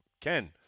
Ken